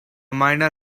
miner